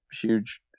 huge